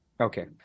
Okay